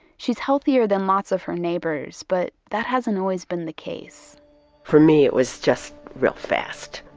she's healthier than lots of her neighbors. but, that hasn't always been the case for me, it was just real fast.